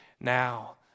now